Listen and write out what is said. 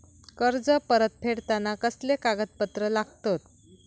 कर्ज परत फेडताना कसले कागदपत्र लागतत?